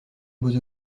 beaux